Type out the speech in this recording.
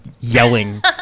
yelling